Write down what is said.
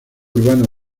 urbano